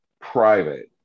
private